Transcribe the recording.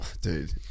dude